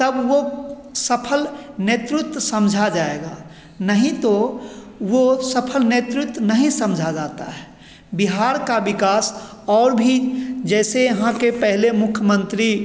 तब वह सफल नेतृत्व समझा जाएगा नहीं तो वह सफल नेतृत्व नहीं समझा जाता है बिहार का विकास और भी जैसे यहाँ के पहले मुख्यमन्त्री